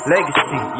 Legacy